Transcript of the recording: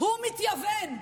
הוא מתייוון.